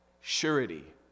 Surety